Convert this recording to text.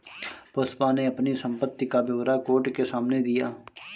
पुष्पा ने अपनी संपत्ति का ब्यौरा कोर्ट के सामने दिया